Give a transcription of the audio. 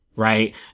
right